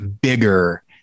bigger